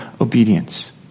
obedience